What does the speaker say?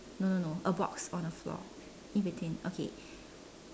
no no no a box on the floor in between okay